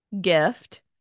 gift